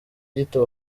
gito